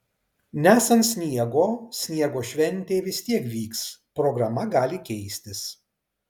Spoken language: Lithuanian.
nesant sniego sniego šventė vis tiek vyks programa gali keistis